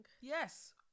Yes